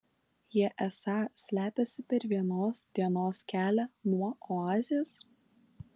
jie esą slepiasi per vienos dienos kelią nuo oazės